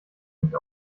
nicht